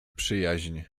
przyjaźń